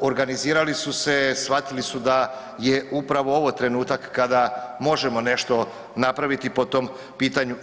organizirali su se shvatili su da je upravo ovo trenutak kada možemo nešto napraviti po tom pitanju.